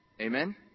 amen